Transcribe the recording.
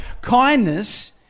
Kindness